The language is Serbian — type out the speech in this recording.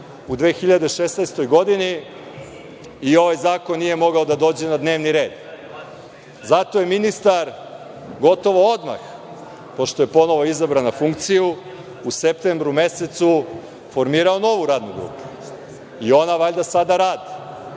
u 2016. godini i ovaj zakon nije mogao da dođe na dnevni red. Zato je ministar, gotovo odmah, pošto je ponovo izabran na funkciju u septembru mesecu, formirao novu radnu grupu i ona valjda sada radi. Ako